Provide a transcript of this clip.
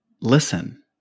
listen